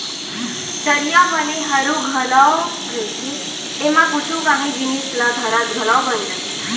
चरिहा बने हरू घलौ रहिथे, एमा कुछु कांही जिनिस ल धरत घलौ बन जाथे